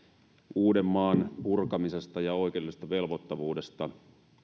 uudenmaan purkamisesta ja oikeudellisesta velvoittavuudesta